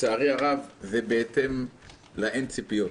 לצערי הרב, זה בהתאם לאין ציפיות.